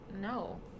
no